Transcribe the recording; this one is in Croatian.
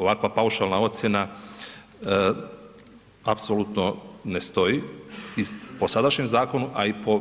Ovakva paušalna ocjena apsolutno ne stoji i po sadašnjem zakonu, a i po